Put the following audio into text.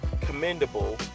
commendable